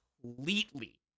completely